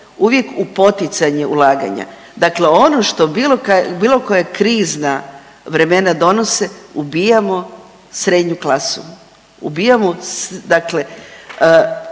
uvijek u poticanje ulaganja. Dakle, ono što bilo koja krizna vremena donose ubijamo srednju klasu, ubijamo dakle